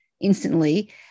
instantly